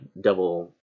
double